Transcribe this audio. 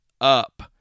up